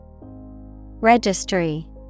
Registry